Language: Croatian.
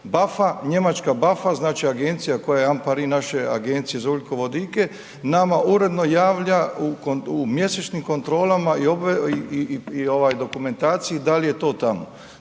BAFA, njemačka BAFA znači agencija koja je ampari naše Agencije za ugljikovodike, nama uredno javlja u mjesečnim kontrolama i dokumentaciji da li je to tamo.